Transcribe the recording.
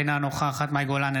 אינה נוכחת מאי גולן,